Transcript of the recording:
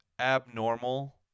abnormal